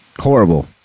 Horrible